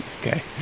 Okay